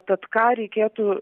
tad ką reikėtų